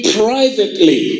privately